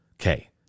Okay